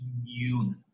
immune